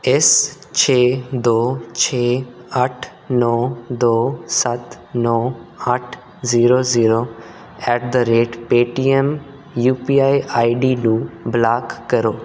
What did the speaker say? ਇਸ ਛੇ ਦੋ ਛੇ ਅੱਠ ਨੌ ਦੋ ਸੱਤ ਨੌ ਅੱਠ zero zero at the rate Paytm U P I I D ਨੂੰ ਬਲਾਕ ਕਰੋ